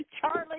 Charlie